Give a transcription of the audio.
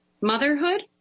motherhood